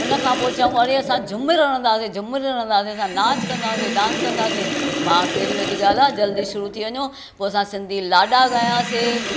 हुन खां पोइ चऊं अड़े असां झूमिरि हणंदासीं झूमिरि हणंदासीं असां नाच कंदासीं डांस कंदासीं मां कहिड़ी वॾी ॻाल्हि आहे जल्दी शुरू थी वञो पोइ असां सिंधी लाॾा ॻायासीं